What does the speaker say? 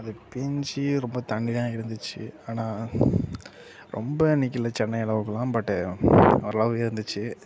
அது பெஞ்சி ரொம்ப தண்ணிலாம் இருந்துச்சு ஆனால் ரொம்ப நிக்கல சென்னை அளவுக்குலாம் பட்டு நல்லாவே இருந்துச்சு